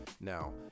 now